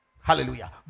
Hallelujah